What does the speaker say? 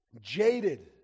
jaded